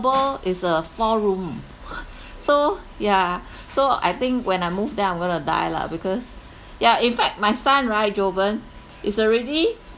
is a four room so yeah so I think when I move there I'm gonna die lah because yeah in fact my son right jovan is already